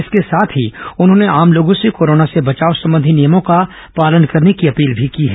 इसके साथ ही उन्होंने आम लोगों से कोरोना से बचाव संबंधी नियमों का पालन करने की अपील भी की है